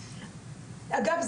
אגב,